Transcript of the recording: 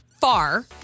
far